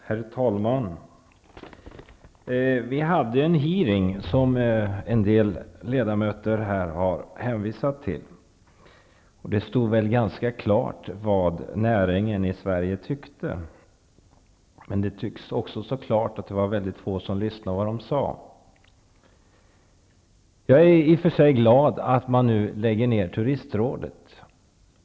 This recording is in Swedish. Herr talman! Vi hade en hearing, som en del ledamöter här har hänvisat till, och det stod väl då ganska klart vad näringen i Sverige tyckte. Det tycks också stå klart att det var få som lyssnade på vad näringen sade. Jag är i och för sig glad att Turistrådet nu läggs ned.